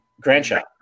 grandchild